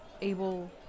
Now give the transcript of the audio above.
able